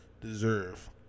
deserve